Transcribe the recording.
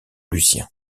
lucien